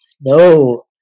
No